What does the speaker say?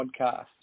podcast